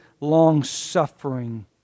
long-suffering